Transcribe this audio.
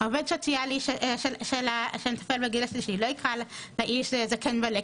עובד סוציאלי שמטפל בגיל השלישי לא יקרא לאיש זקן בלה,